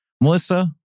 Melissa